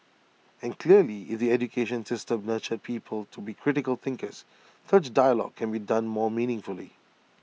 and clearly if the education system nurtured people to be critical thinkers such dialogue can be done more meaningfully